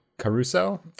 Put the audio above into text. Caruso